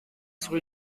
rue